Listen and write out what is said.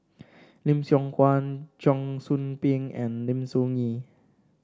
Lim Siong Guan Cheong Soo Pieng and Lim Soo Ngee